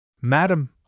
Madam